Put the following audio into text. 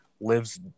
lives